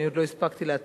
אני עוד לא הספקתי להתחיל.